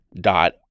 dot